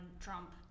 Trump